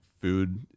food